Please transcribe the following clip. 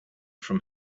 from